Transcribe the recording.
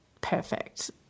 perfect